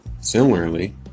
Similarly